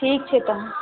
ठीक छै तखन